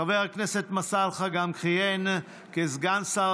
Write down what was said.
חבר הכנסת מסאלחה גם כיהן כסגן שר